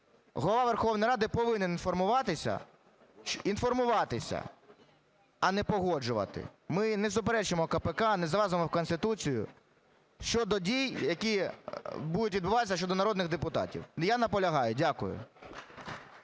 Голова Верховної Ради повинен інформуватися, інформуватися, а не погоджувати. Ми не суперечимо КПК, не залазимо в Конституцію щодо дій, які будуть відбуватися щодо народних депутатів. Я наполягаю. Дякую.